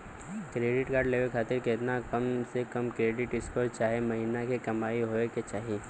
Credit card लेवे खातिर केतना कम से कम क्रेडिट स्कोर चाहे महीना के कमाई होए के चाही?